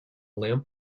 lamp